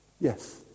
Yes